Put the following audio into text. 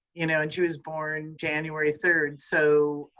you know, and she was born january third. so,